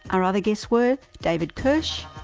our other guests were david kirsch,